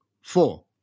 Four